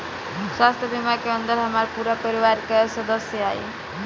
स्वास्थ्य बीमा के अंदर हमार पूरा परिवार का सदस्य आई?